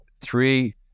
three